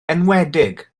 enwedig